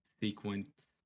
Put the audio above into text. sequence